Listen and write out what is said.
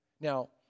Now